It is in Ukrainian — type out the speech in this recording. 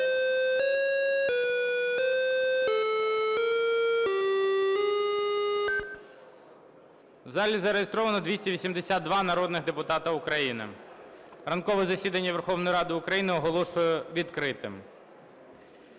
У залі зареєстровано 282 народних депутати України. Ранкове засідання Верховної Ради України оголошую відкритим.